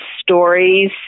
stories